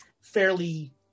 fairly